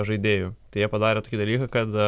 žaidėjų tai jie padarė tokį dalyką kad